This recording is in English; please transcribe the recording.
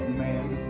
man